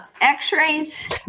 x-rays